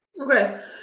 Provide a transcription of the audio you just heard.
Okay